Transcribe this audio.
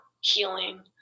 healing